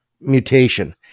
mutation